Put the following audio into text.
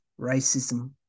racism